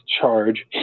charge